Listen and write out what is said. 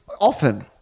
often